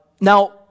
Now